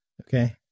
Okay